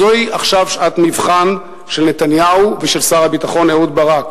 זוהי עכשיו שעת מבחן של נתניהו ושל שר הביטחון אהוד ברק.